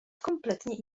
kompletnie